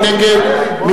מי נגד?